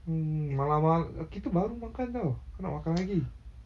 mm malam-mal~ kita baru makan [tau] kau nak makan lagi